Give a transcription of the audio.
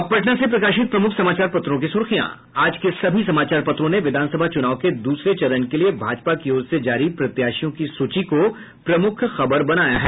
अब पटना से प्रकाशित प्रमुख समाचार पत्रों की सुर्खियां आज के सभी समाचार पत्रों ने विधानसभा चुनाव के दूसरे चरण के लिए भाजपा की ओर से जारी प्रत्याशियों की सूची को प्रमुख खबर बनाया है